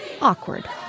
awkward